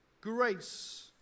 Grace